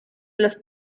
los